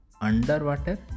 underwater